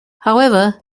however